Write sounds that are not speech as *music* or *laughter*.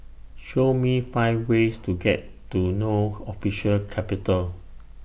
Show Me five ways to get to No *noise* Official Capital